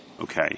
Okay